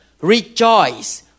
Rejoice